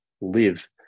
live